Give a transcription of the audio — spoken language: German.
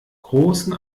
großen